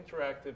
Interactive